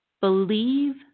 believe